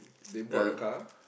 they brought a car